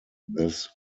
this